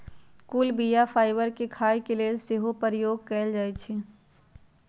कुछ बीया फाइबर के खाय के लेल सेहो प्रयोग कयल जाइ छइ